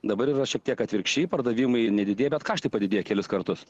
dabar yra šiek tiek atvirkščiai pardavimai nedidėja bet kartu padidėja kelis kartus